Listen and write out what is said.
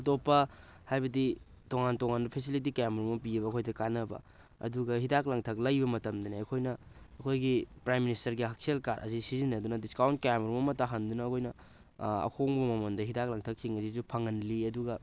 ꯑꯇꯣꯞꯄ ꯍꯥꯏꯕꯗꯤ ꯇꯣꯉꯥꯟ ꯇꯣꯉꯥꯟꯕ ꯐꯦꯁꯤꯂꯤꯇꯤ ꯀꯌꯥ ꯃꯔꯣꯝ ꯑꯃ ꯄꯤꯑꯦꯕ ꯑꯩꯈꯣꯏꯗ ꯀꯥꯟꯅꯕ ꯑꯗꯨꯒ ꯍꯤꯗꯥꯛ ꯂꯥꯡꯊꯛ ꯂꯩꯕ ꯃꯇꯝꯗꯅꯦ ꯑꯩꯈꯣꯏꯅ ꯑꯩꯈꯣꯏꯒꯤ ꯄ꯭ꯔꯥꯏꯝ ꯃꯤꯅꯤꯁꯇꯔꯒꯤ ꯍꯛꯆꯦꯜ ꯀꯥꯔꯗ ꯑꯁꯤ ꯁꯤꯖꯟꯅꯗꯨꯅ ꯗꯤꯁꯀꯥꯎꯟ ꯀꯌꯥ ꯃꯔꯣꯝ ꯑꯃ ꯇꯥꯍꯟꯗꯨꯅ ꯑꯩꯈꯣꯏꯅ ꯑꯍꯣꯡꯕ ꯃꯃꯜꯗ ꯍꯤꯗꯥꯛ ꯂꯥꯡꯊꯛ ꯁꯤꯡ ꯑꯁꯤꯁꯨ ꯐꯪꯍꯜꯂꯤ ꯑꯗꯨꯒ